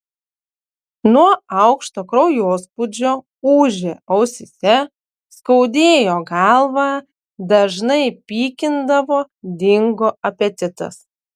nuo aukšto kraujospūdžio ūžė ausyse skaudėjo galvą dažnai pykindavo dingo apetitas